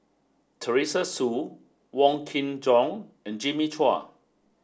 Teresa Hsu Wong Kin Jong and Jimmy Chua